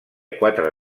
quatre